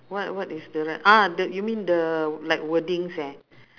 what what is the right ah the you mean the like wordings eh